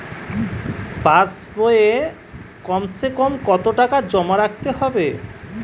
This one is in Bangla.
পাশ বইয়ে কমসেকম কত টাকা জমা রাখতে হবে?